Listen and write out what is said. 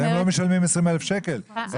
הם לא משלמים 20,000 שקלים.